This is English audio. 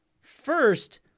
first